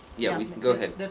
yeah, you can go ahead.